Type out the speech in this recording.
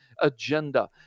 agenda